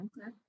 Okay